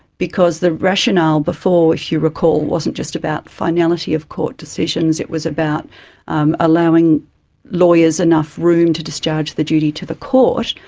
because the rationale before, if you recall, wasn't just about finality of court decisions, it was about um allowing lawyers enough room to discharge the duty to the court.